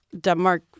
Denmark